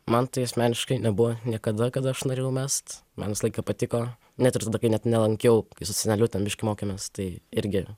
man tai asmeniškai nebuvo niekada kad aš norėjau mest man visą laiką patiko net ir tada kai net nelankiau kai su seneliu ten biškį mokėmės tai irgi